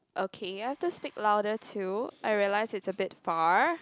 okay you have to speak louder to I realise it's a bit far